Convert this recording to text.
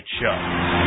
show